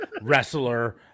wrestler